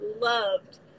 loved